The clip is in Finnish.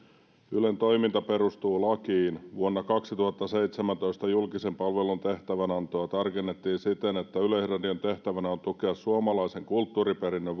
ylen toiminta perustuu lakiin vuonna kaksituhattaseitsemäntoista julkisen palvelun tehtävänantoa tarkennettiin siten että yleisradion tehtävänä on tukea suomalaisen kulttuuriperinnön